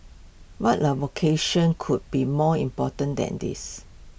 what vocation could be more important than this